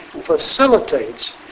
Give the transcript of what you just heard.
facilitates